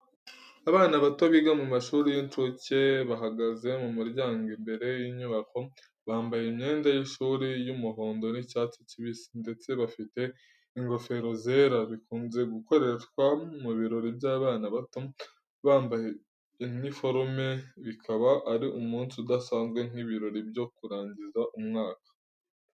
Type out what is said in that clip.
Abana bato biga mu mashuri y’incuke bahagaze mu murongo imbere y’inyubako. Bambaye imyenda y’ishuri y’umuhondo n’icyatsi kibisi ndetse bafite ingofero zera, bikunze gukoreshwa mu birori by’abana bato. Bambaye iniforme, bikaba ari umunsi udasanzwe nk'ibirori byo kurangiza umwaka.